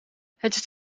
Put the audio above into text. het